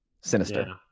Sinister